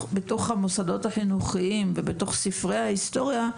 המוסדות החינוכיים ובתוך ספרי ההיסטוריה,